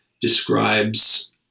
describes